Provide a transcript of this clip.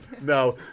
no